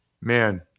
Man